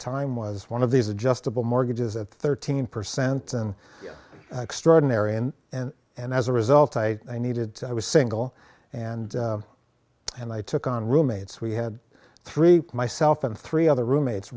time was one of these adjustable mortgages at thirteen percent extraordinary and as a result i needed i was single and and i took on roommates we had three myself and three other roommates